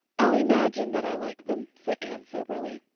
i'll imagine that i like them, said anne soberly.